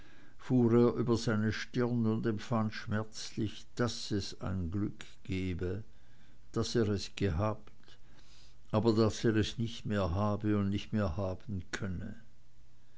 über seine stirn und empfand schmerzlich daß es ein glück gebe daß er es gehabt aber daß er es nicht mehr habe und nicht mehr haben könne